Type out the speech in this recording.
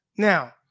Now